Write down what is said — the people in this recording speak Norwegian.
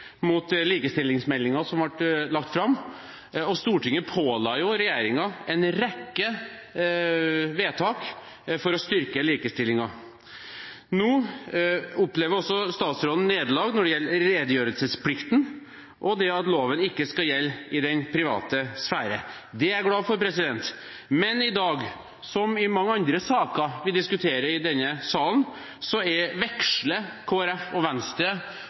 mot likestillingsmeldingen som ble lagt fram, og Stortinget påla regjeringen en rekke vedtak for å styrke likestillingen. Nå opplever statsråden nederlag også når det gjelder redegjørelsesplikten og det at loven ikke skal gjelde i den private sfære. Det er jeg glad for. Men i dag, som i mange andre saker vi diskuterer i denne salen, veksler Kristelig Folkeparti og Venstre